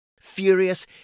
Furious